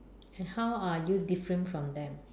how are you different from them